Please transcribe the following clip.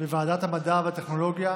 וועדת המדע והטכנולוגיה,